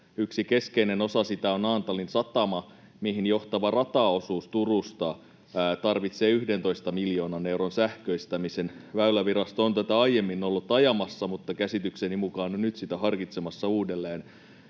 yksi keskeinen osa sitä on Naantalin satama, mihin johtava rataosuus Turusta tarvitsee 11 miljoonan euron sähköistämisen. Väylävirasto on tätä aiemmin ollut ajamassa ja käsitykseni mukaan on nyt sitä harkitsemassa uudelleen.